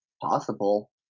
possible